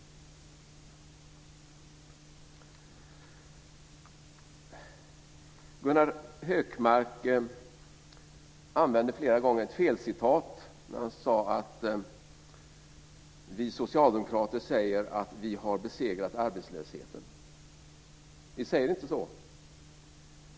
Gunnar Hökmark använde flera gånger ett felcitat när han sade att vi socialdemokrater säger att vi har besegrat arbetslösheten. Vi säger inte så.